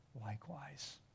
likewise